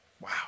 Wow